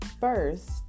First